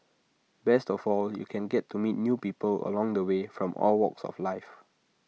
best of all you can get to meet new people along the way from all walks of life